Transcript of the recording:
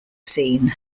scene